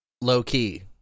low-key